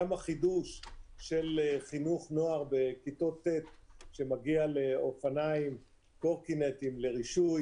גם החידוש של חינוך נוער שמגיע באופניים וקורקינטים לרישוי,